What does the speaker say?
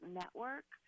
network